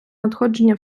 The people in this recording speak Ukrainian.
надходження